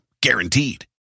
Guaranteed